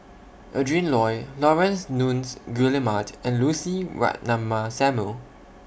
Adrin Loi Laurence Nunns Guillemard and Lucy Ratnammah Samuel